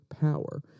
power